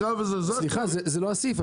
סליחה, זה לא הסעיף.